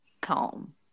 calm